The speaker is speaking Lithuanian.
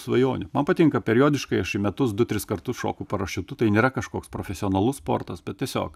svajonių man patinka periodiškai aš į metus du tris kartus šoku parašiutu tai nėra kažkoks profesionalus sportas bet tiesiog